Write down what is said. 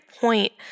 point